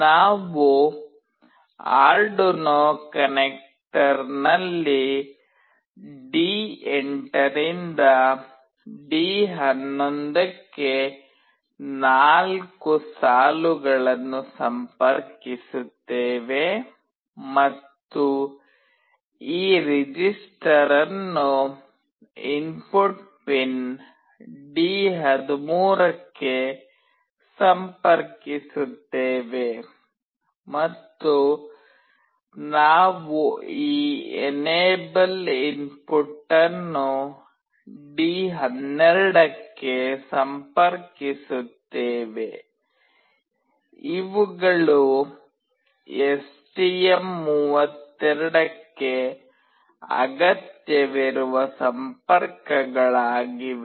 ನಾವು ಆರ್ಡುನೊ ಕನೆಕ್ಟರ್ನಲ್ಲಿ ಡಿ8 ರಿಂದ ಡಿ11 ಗೆ 4 ಸಾಲುಗಳನ್ನು ಸಂಪರ್ಕಿಸುತ್ತೇವೆ ಮತ್ತು ಈ ರಿಜಿಸ್ಟರ್ ಅನ್ನು ಇನ್ಪುಟ್ ಪಿನ್ ಡಿ13 ಗೆ ಸಂಪರ್ಕಿಸುತ್ತೇವೆ ಮತ್ತು ನಾವು ಈ ಎನೇಬಲ್ ಇನ್ಪುಟ್ ಅನ್ನು ಡಿ12 ಗೆ ಸಂಪರ್ಕಿಸುತ್ತೇವೆ ಇವುಗಳು ಎಸ್ಟಿಎಂ32 ಗೆ ಅಗತ್ಯವಿರುವ ಸಂಪರ್ಕಗಳಾಗಿವೆ